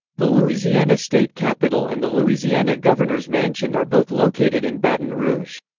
the louisiana state capitol and the louisiana governor's mansion are both located in baton rouge.